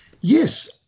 Yes